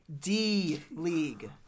D-League